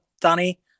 Danny